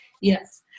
Yes